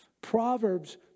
Proverbs